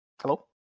Hello